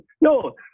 no